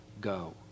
go